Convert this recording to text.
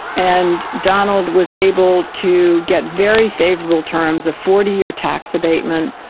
and donald was able to get very favourable terms, a forty year tax abatement,